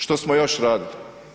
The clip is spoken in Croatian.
Što smo još radili?